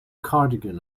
cardigan